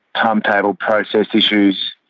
timetable, process issues,